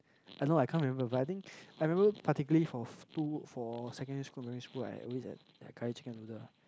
I know I can't remember but I think I remember particulary for two for secondary school primary school I always had curry chicken noodle